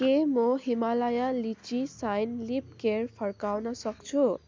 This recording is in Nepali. के म Himalaya lychee shine lip care फर्काउन सक्छु